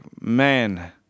man